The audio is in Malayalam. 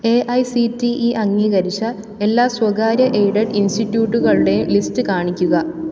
ഏ ഐ സീ റ്റീ ഈ അംഗീകരിച്ച എല്ലാ സ്വകാര്യ എയ്ഡഡ് ഇൻസ്റ്റിറ്റ്യൂട്ടുകളുടെയും ലിസ്റ്റ് കാണിക്കുക